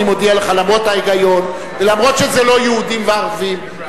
גם אם זה לא יהודים וערבים,